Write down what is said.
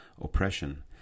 oppression